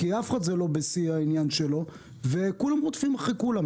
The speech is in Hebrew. כי לאף אחד זה לא בשיא העניין שלו וכולם רודפים אחרי כולם,